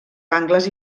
angles